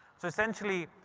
so essentially,